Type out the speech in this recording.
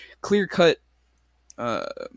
clear-cut